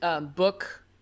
book